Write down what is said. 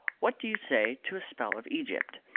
what do you say to a spell of egypt?